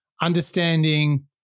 understanding